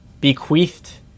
bequeathed